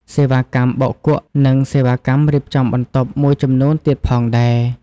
សេវាកម្មបោកគក់ និងសេវាកម្មរៀបចំបន្ទប់មួយចំនួនទៀតផងដែរ។